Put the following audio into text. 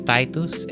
Titus